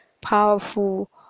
powerful